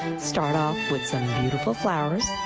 start off with some beautiful flowers,